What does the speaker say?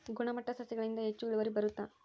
ಗುಣಮಟ್ಟ ಸಸಿಗಳಿಂದ ಹೆಚ್ಚು ಇಳುವರಿ ಬರುತ್ತಾ?